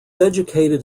educated